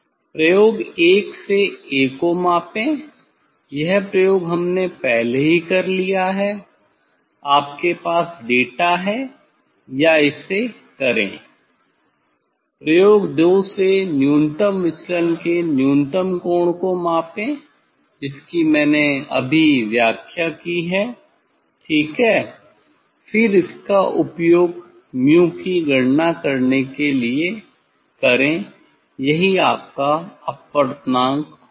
प्रयोग 1 से 'A' को मापें यह प्रयोग हमने पहले ही कर लिया है आपके पास डेटा है या इसे करें प्रयोग 2 से न्यूनतम विचलन के न्यूनतम कोण को मापें जिसकी मैंने अभी व्याख्या की है ठीक है फिर इसका उपयोग '𝛍' की गणना करने के लिए करें यही आपका अपवर्तनांक होगा